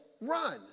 run